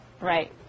right